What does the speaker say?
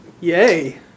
Yay